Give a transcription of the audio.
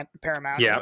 paramount